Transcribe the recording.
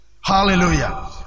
Hallelujah